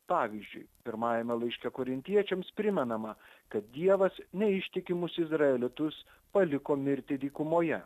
pavyzdžiui pirmajame laiške korintiečiams primenama kad dievas neištikimus izraelitus paliko mirti dykumoje